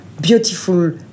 beautiful